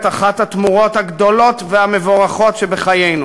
אחת התמורות הגדולות והמבורכות שבחיינו,